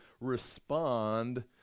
respond